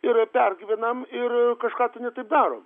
ir pergyvenam ir kažką tai ne taip darom